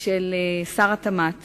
של שר התמ"ת